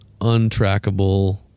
untrackable